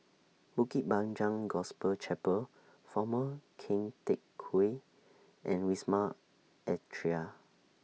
Bukit Panjang Gospel Chapel Former Keng Teck Whay and Wisma Atria